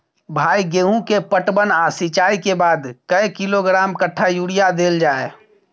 भाई गेहूं के पटवन आ सिंचाई के बाद कैए किलोग्राम कट्ठा यूरिया देल जाय?